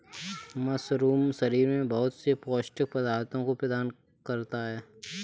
mushroom शरीर में बहुत से पौष्टिक पदार्थों को प्रदान करता है